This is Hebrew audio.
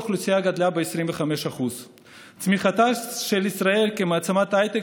האוכלוסייה גדלה ב-25%; צמיחתה של ישראל כמעצמת ההייטק